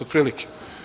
Otprilike.